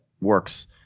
works